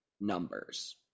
numbers